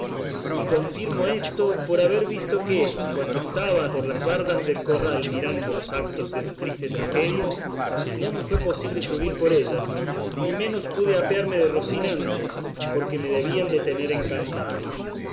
y confirmo esto por haber visto que cuando estaba por las bardas del corral mirando los actos de tu triste tragedia no me fue posible subir por ellas ni menos pude apearme de rocinante porque me debían de tener encantado